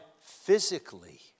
Physically